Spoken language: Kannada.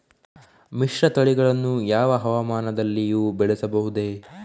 ಮಿಶ್ರತಳಿಗಳನ್ನು ಯಾವ ಹವಾಮಾನದಲ್ಲಿಯೂ ಬೆಳೆಸಬಹುದೇ?